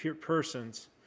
persons